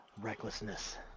recklessness